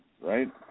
right